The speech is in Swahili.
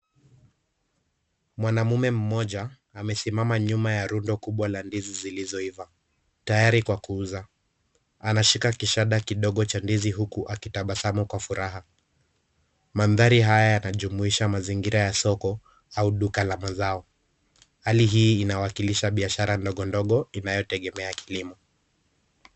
Mwanaume mmoja amesimama nyuma ya rundo kubwa la ndizi zilizoiva, tayari kwa kuuza. Anashika kishada kidogo cha ndizi huku akitabasamu kwa furaha. Mandhari haya yanajumuisha mazingira ya soko au duka la mazao. Hali hii inawakilisha biashara ndogo ndogo inayotegemea kilimo.